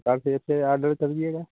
तब सोच कर आडर करिएगा